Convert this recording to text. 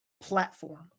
platform